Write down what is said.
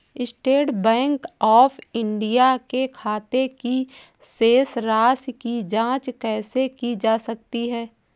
State bank of India के खाते की शेष राशि की जॉंच कैसे की जा सकती है?